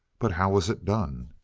but how was it done?